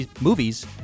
movies